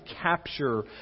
capture